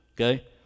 okay